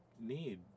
need